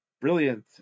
brilliant